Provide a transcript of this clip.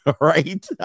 right